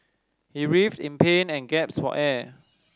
he writhed in pain and gaps for air